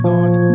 God